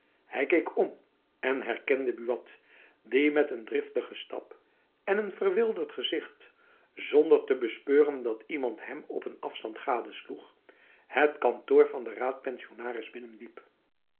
hy keek om en herkende buat die met een driftigen stap en een verwilderd uitzicht zonder te bespeuren dat iemand jacob van lennep elizabeth musch hem op een afstand gadesloeg het kantoor van den raadpensionaris binnenliep